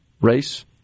race